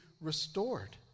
restored